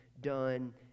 done